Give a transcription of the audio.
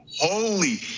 Holy